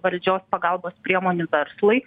valdžios pagalbos priemonių verslui